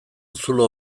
zulo